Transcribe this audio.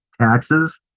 taxes